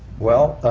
well,